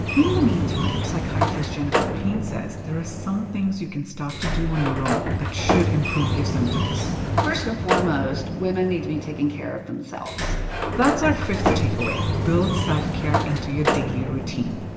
in the meantime, psychiatrist jennifer payne says there are some things you can start to do on your own that should improve your symptoms first and foremost, women need to be taking care of themselves that's our fifth takeaway. build self-care into your daily routine.